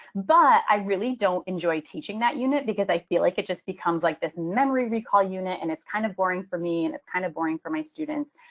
but i really don't enjoy teaching that unit because i feel like it just becomes like this memory recall unit and it's kind of boring for me and it's kind of boring for my students.